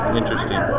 interesting